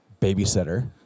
babysitter